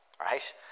right